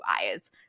eyes